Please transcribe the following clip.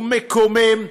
הוא מקומם.